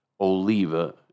Oliva